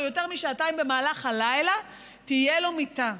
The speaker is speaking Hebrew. יותר משעתיים במהלך הלילה תהיה לו מיטה.